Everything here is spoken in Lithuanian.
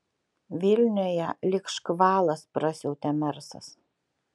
vilniuje lyg škvalas prasiautė mersas